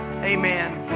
Amen